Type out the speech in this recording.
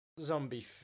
zombie